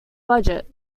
budget